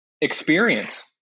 experience